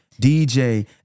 DJ